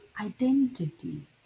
identity